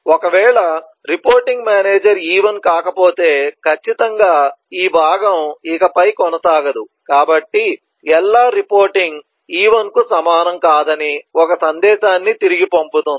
ఒకవేళ reporting manager E1 కాకపోతే ఖచ్చితంగా ఈ భాగం ఇక పై కొనసాగదు కాబట్టి LR రిపోర్టింగ్ E1 కు సమానం కాదని ఒక సందేశాన్ని తిరిగి పంపుతుంది